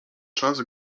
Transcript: czas